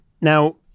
Now